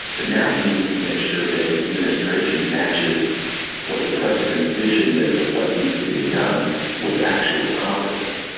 but now he needs to make sure that his administration matches what the president's vision is of what needs to get done with actual competence.